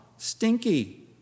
Stinky